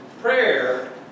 prayer